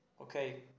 okay